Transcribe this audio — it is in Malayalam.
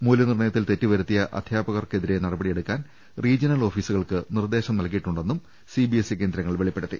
മൂല്യനിർണയത്തിൽ തെറ്റുവരുത്തിയ അധ്യാപ കർക്കെതിരെ നടുപടിയെടുക്കാൻ റീജ്യണൽ ഓഫീസുകൾക്ക് നിർദേശ് നൽകിയിട്ടുണ്ടെന്നും സിബിഎസ്ഇ കേന്ദ്രങ്ങൾ വെളി പ്പെടുത്തി